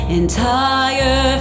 entire